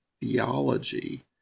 theology